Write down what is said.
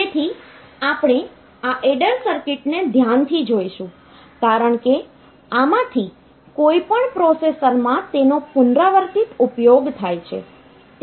તેથી આપણે આ ઍડર સર્કિટને ધ્યાનથી જોઈશું કારણ કે આમાંથી કોઈપણ પ્રોસેસરમાં તેનો પુનરાવર્તિત ઉપયોગ થાય છે